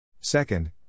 Second